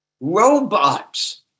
Robots